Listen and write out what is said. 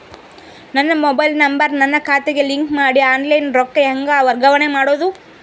ನನ್ನ mobile number ನನ್ನ ಖಾತೆಗೆ ಲಿಂಕ್ ಮಾಡಿ ಆನ್ಲೈನ್ ರೊಕ್ಕ ಹೆಂಗ ವರ್ಗಾವಣೆ ಮಾಡೋದು?